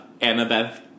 Annabeth